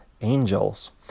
angels